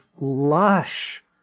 lush